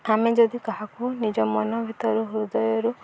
ଆମେ ଯଦି କାହାକୁ ନିଜ ମନ ଭିତରୁ ହୃଦୟରୁ